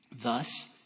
thus